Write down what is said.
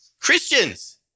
Christians